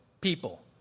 people